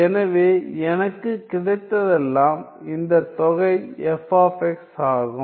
எனவே எனக்கு கிடைத்ததெல்லாம் இந்த தொகை f ஆகும்